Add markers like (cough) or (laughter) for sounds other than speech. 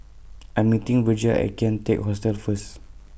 (noise) I'm meeting Virgia At Kian Teck Hostel First